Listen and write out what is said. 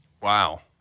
Wow